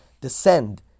descend